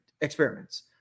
experiments